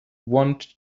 want